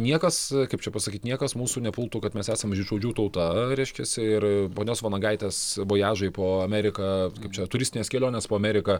niekas kaip čia pasakyt niekas mūsų nepultų kad mes esam žydšaudžių tauta reiškiasi ir ponios vanagaitės vojažai po ameriką kaip čia turistinės kelionės po ameriką